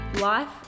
life